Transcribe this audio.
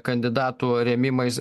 kandidatų rėmimais